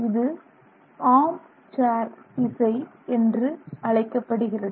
இது arm chair திசை என்று அழைக்கப்படுகிறது